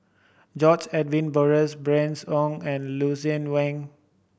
George Edwin Bogaars Bernice Ong and Lucien Wang